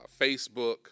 Facebook